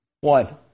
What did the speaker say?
One